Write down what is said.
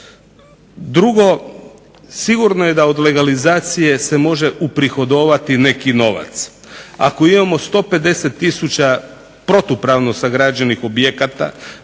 Drugo, sigurno je da od legalizacije se može uprihodovati neki novac. Ako imamo 50 tisuća protupravno sagrađenih objekata